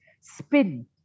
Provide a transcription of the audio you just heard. spin